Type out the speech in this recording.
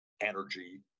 energy